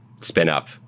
spin-up